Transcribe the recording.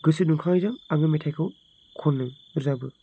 गोसो दुंखांनायजों आङो मेथाइखौ खनो रोजाबो